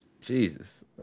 Jesus